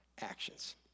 actions